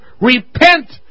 repent